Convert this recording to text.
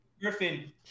Griffin